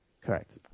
Correct